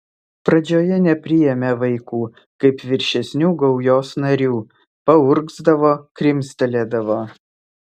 pradžioje nepriėmė vaikų kaip viršesnių gaujos narių paurgzdavo krimstelėdavo